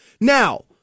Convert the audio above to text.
Now